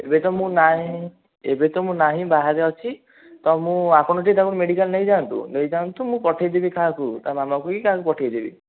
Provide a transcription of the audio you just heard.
ଏବେ ତ ମୁଁ ନାଇଁ ଏବେ ତ ମୁଁ ନାହିଁ ବାହାରେ ଅଛି ତ ମୁଁ ଆପଣ ଟିକିଏ ତାକୁ ମେଡ଼ିକାଲ୍ ନେଇଯାଆନ୍ତୁ ନେଇ ଯାଆନ୍ତୁ ମୁଁ ପଠେଇ ଦେବି କାହାକୁ ତା' ମାମାକୁ କି କାହାକୁ ପଠେଇ ଦେବି